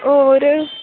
होर